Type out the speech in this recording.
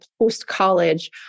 post-college